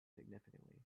significantly